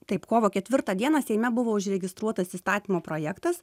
taip kovo ketvirtą dieną seime buvo užregistruotas įstatymo projektas